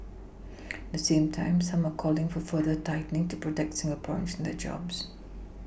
at the same time some are calling for further tightening to protect Singaporeans and their jobs